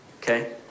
okay